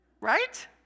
right